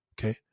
Okay